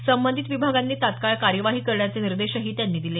संबंधित विभागांनी तात्काळ कार्यवाही करण्याचे निर्देश त्यांनी दिले